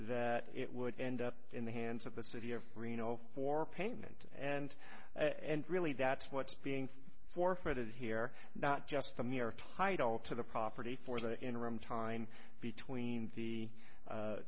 that it would end up in the hands of the city of reno for payment and really that's what's being forfeited here not just the mere title to the property for the interim time between the